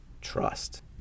trust